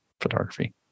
photography